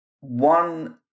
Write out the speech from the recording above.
One